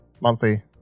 monthly